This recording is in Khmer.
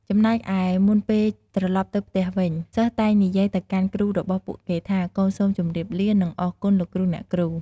ចំណែកឯ មុនពេលត្រឡប់ទៅផ្ទះវិញ សិស្សតែងនិយាយទៅកាន់គ្រូរបស់ពួកគេថា កូនសូមជម្រាបលា និងអរគុណ លោកគ្រូ អ្នកគ្រូ។